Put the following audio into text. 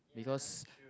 because